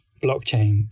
Blockchain